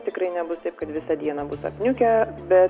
tikrai nebus taip kad visą dieną bus apniukę bet